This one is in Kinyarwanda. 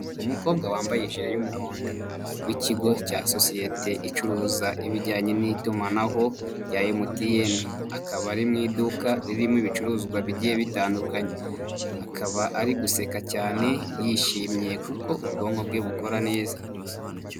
Umukobwa wambaye ijire y'umuhondo w'ikigo cya sosiyete icuruza ibijyanye n'itumanaho rya MTN, akaba ari mu iduka ririmo ibicuruzwa bigiye bitandukanye, akaba ari guseka cyane yishimye kuko ubwonko bwe bukora neza.